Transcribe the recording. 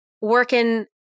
working